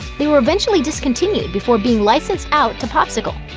they were eventually discontinued before being licensed out to popsicle.